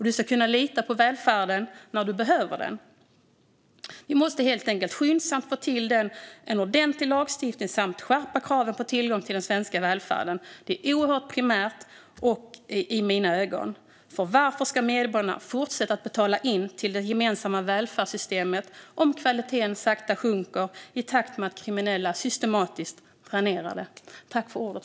Du ska kunna lita på välfärden när du behöver den. Vi måste helt enkelt skyndsamt få till en ordentlig lagstiftning samt skärpa kraven på tillgång till den svenska välfärden. Det är oerhört primärt i mina ögon. Varför ska medborgarna fortsätta att betala in till det gemensamma välfärdssystemet om kvaliteten sakta sjunker i takt med att kriminella systematiskt dränerar det?